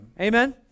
Amen